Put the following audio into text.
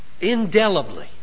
indelibly